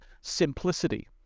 Simplicity